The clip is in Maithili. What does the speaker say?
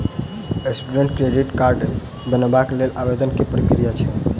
स्टूडेंट क्रेडिट कार्ड बनेबाक लेल आवेदन केँ की प्रक्रिया छै?